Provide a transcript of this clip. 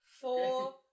four